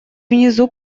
внизу